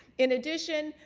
in addition,